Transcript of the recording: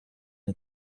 het